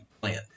plant